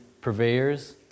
purveyors